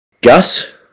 Gus